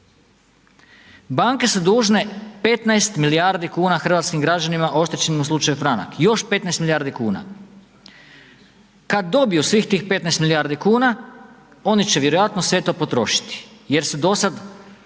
Banke su dužne 15 milijardi kuna hrvatskim građanima oštećenima u slučaju Franak, još 15 milijardi kuna. Kada dobiju svih tih 15 milijardi kuna oni će vjerojatno sve to potrošiti jer su do sada